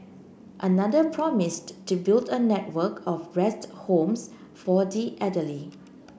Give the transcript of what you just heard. another promised to build a network of rest homes for the elderly